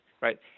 right